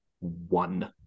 one